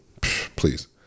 please